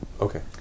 Okay